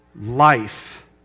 life